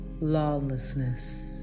lawlessness